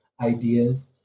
ideas